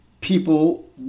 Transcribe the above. people